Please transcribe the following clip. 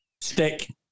stick